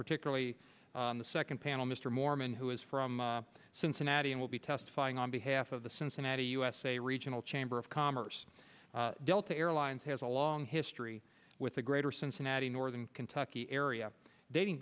particularly the second panel mr morman who is from cincinnati and will be testifying on behalf of the cincinnati usa regional chamber of commerce delta airlines has a long history with a greater cincinnati northern kentucky area dating